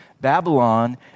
Babylon